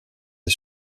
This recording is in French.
est